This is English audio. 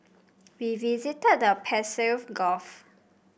we visited the Persian Gulf